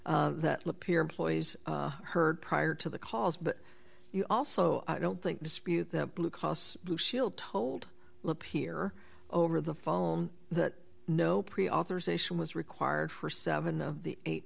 that lapeer employees heard prior to the calls but you also don't think dispute that blue cross blue shield told look here over the phone that no pre authorization was required for seven of the eight